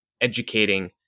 educating